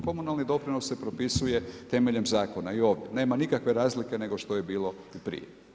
Komunalni doprinos se propisuje temeljem zakona i … nema nikakve razlike nego što je bilo i prije.